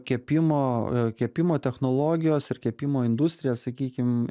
kepimo kepimo technologijos ir kepimo industrija sakykim